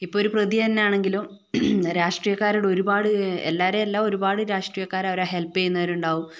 ഇപ്പൊൾ ഒരു പ്രതി തന്നാണെങ്കിലും രാഷ്ട്രീയക്കാരോട് ഒരുപാട് എല്ലാവരേയും അല്ല ഒരുപാട് രാഷ്ട്രീയക്കാർ അവരെ ഹെൽപ്പേയുന്നുള്ളവരുണ്ടാവും